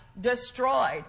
destroyed